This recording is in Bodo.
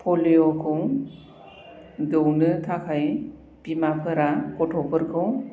पलिय'खौ दौनो थाखाय बिमाफोरा गथ'फोरखौ